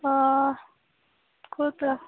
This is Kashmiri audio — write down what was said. آ کوٗتاہ